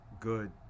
good